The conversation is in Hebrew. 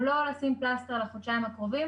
הוא לא --- לחודשיים הקרובים,